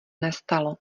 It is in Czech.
nestalo